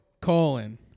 colon